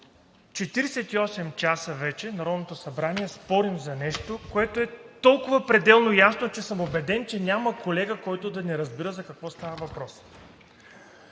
48 часа вече в Народното събрание спорим за нещо, което е толкова пределно ясно, че съм убеден, че няма колега, който да не разбира за какво става въпрос.